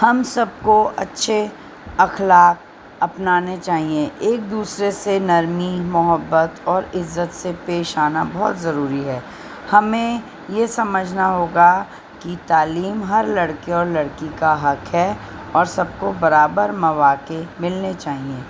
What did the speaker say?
ہم سب کو اچھے اخلاق اپنانے چاہئیں ایک دوسرے سے نرمی محبت اور عزت سے پیش آنا بہت ضروری ہے ہمیں یہ سمجھنا ہوگا کہ تعلیم ہر لڑکے اور لڑکی کا حق ہے اور سب کو برابر مواقع ملنے چاہئیں